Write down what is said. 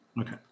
Okay